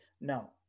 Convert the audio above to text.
No